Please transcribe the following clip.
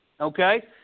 Okay